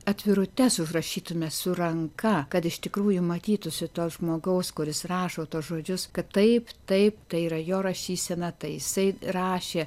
atvirutes užrašytume su ranka kad iš tikrųjų matytųsi to žmogaus kuris rašo tuos žodžius kad taip taip tai yra jo rašysena tai jisai rašė